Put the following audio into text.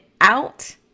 out